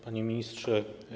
Panie Ministrze!